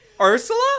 Ursula